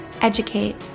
educate